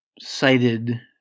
cited